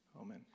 Amen